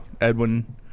Edwin